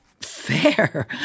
fair